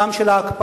גם של ההקפאה,